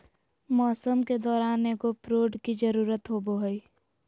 मौसम के दौरान एगो प्रोड की जरुरत होबो हइ